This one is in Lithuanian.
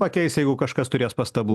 pakeis jeigu kažkas turės pastabų